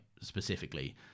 specifically